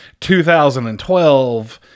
2012